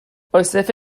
عاصف